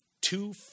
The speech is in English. Two